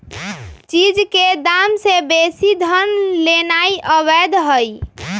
चीज के दाम से बेशी धन लेनाइ अवैध हई